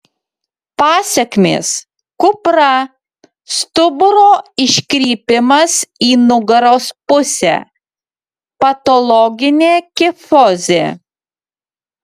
pasekmės kupra stuburo iškrypimas į nugaros pusę patologinė kifozė